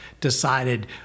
decided